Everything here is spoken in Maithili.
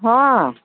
हाँ